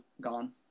gone